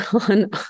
on